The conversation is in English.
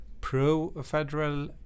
pro-federal